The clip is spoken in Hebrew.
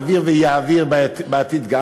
מעביר ויעביר גם בעתיד,